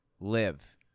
live